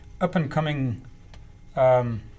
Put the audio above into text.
up-and-coming